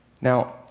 Now